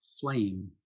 flame